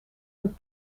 een